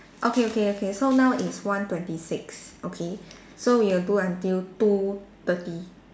okay okay okay so now is one twenty six okay so we'll do until two thirty